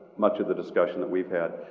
much of the discussion that we've had.